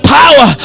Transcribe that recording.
power